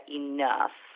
enough